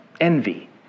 Envy